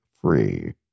free